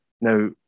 Now